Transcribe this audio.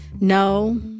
No